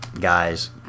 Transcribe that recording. Guys